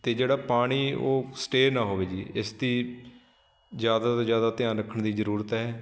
ਅਤੇ ਜਿਹੜਾ ਪਾਣੀ ਉਹ ਸਟੇਅ ਨਾ ਹੋਵੇ ਜੀ ਇਸ ਦੀ ਜ਼ਿਆਦਾ ਤੋਂ ਜ਼ਿਆਦਾ ਧਿਆਨ ਰੱਖਣ ਦੀ ਜ਼ਰੂਰਤ ਹੈ